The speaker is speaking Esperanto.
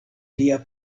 lia